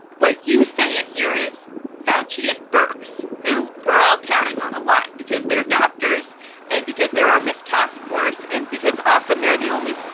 what you say in here is foushee and burk's, who we're all counting on a lot because they're doctors and because they're on this task force and because often they're the only,